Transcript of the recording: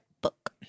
book